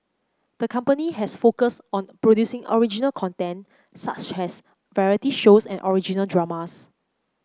the company has focused on producing original content such as variety shows and original dramas